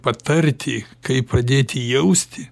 patarti kaip pradėti jausti